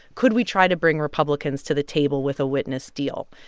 could we try to bring republicans to the table with a witness deal?